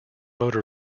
motor